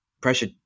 pressure